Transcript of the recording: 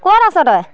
ক'ত আছ তই